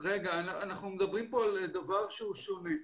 אנחנו מדברים פה על דבר שהוא שונה,